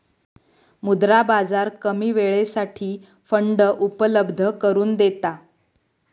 मुद्रा बाजार कमी वेळेसाठी फंड उपलब्ध करून देता